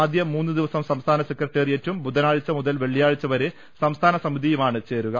ആദ്യ മൂന്ന് ദിവസം സംസ്ഥാന സെക്രട്ടേ റിയറ്റും ബുധനാഴ്ച മുതൽ വെള്ളിയാഴ്ച വരെ സംസ്ഥാന സമി തിയുമാണ് ചേരുക